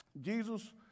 Jesus